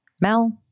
Mel